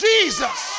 Jesus